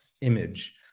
image